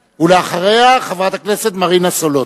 אחריה, חברת הכנסת מרינה סולודקין,